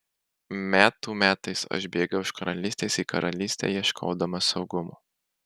metų metais aš bėgau iš karalystės į karalystę ieškodamas saugumo